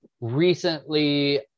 recently